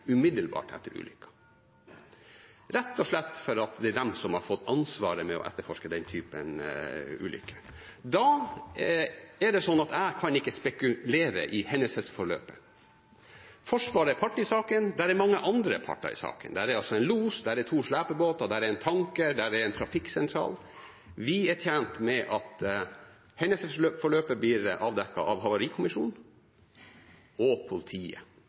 umiddelbart etter ulykken, rett og slett fordi det er de som har fått ansvaret for å etterforske den typen ulykke. Da kan ikke jeg spekulere om hendelsesforløpet. Forsvaret er part i saken. Det er mange andre parter i saken. Det er en los, det er to slepebåter, det er en tanker, det er en trafikksentral. Vi er tjent med at hendelsesforløpet blir avdekket av Havarikommisjonen og politiet,